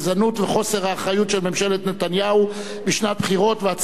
של ממשלת נתניהו בשנת בחירות והצורך ללכת לבחירות לאלתר,